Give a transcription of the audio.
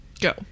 Go